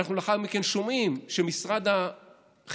לאחר מכן אנחנו שומעים שמשרד החינוך,